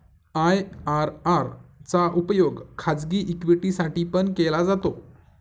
IRR चा उपयोग खाजगी इक्विटी साठी पण केला जातो